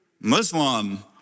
Muslim